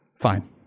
fine